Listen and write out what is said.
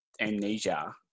amnesia